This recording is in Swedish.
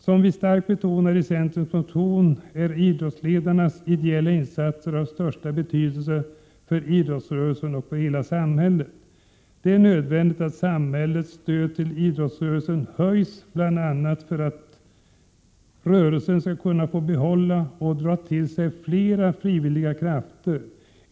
Som vi starkt betonar i centerns motion är idrottsledarnas ideella insatser av största betydelse för idrottsrörelsen och för hela samhället: Det är nödvändigt att samhällets stöd till idrottsrörelsen höjs bl.a. för att rörelsen skall kunna behålla och dra till sig fler frivilliga krafter.